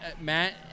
Matt